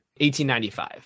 1895